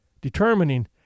determining